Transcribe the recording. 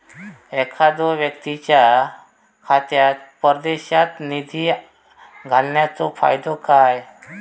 एखादो व्यक्तीच्या खात्यात परदेशात निधी घालन्याचो फायदो काय?